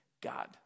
God